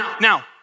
Now